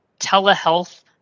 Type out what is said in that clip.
telehealth